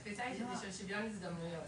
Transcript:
התפיסה היא שזה של שוויון הזדמנויות,